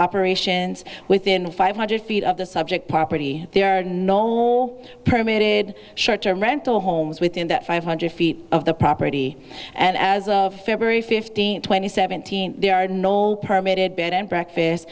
operations within five hundred feet of the subject property there are no more permitted short term rental homes within that five hundred feet of the property and as of february fifteenth twenty seventeen there are no old permitted bed and breakfast